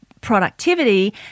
productivity